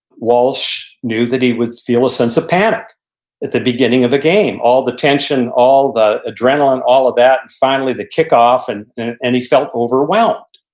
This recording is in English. walsh knew that he would feel a sense of panic at the beginning of the game. all the tension, all the adrenaline, all of that, and finally the kickoff. and and he felt overwhelmed,